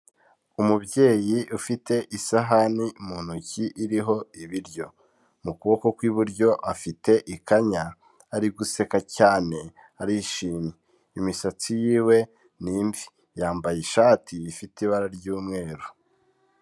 Umubyeyi ufite isahani mu ntoki iriho ibiryo mu kuboko kw'iburyo afite ikanya ari guseka cyane arishimye imisatsi yiwe ni imvi yambaye ishati ifite ibara ry'umweru.